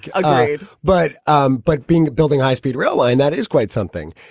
ah right but um but being building high speed rail line, that is quite something.